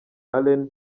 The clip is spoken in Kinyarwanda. allen